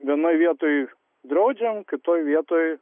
vienoj vietoj draudžiam kitoj vietoj